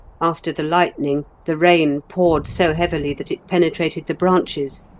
after the lightning, the rain poured so heavily that it penetrated the branches,